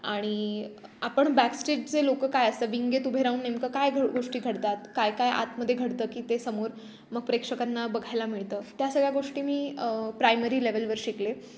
आणि आपण बॅकस्टेजचे लोकं काय असतं विंगेत उभे राहून नेमकं काय घ गोष्टी घडतात काय काय आतमध्ये घडतं की ते समोर मग प्रेक्षकांना बघायला मिळतं त्या सगळ्या गोष्टी मी प्रायमरी लेवलवर शिकले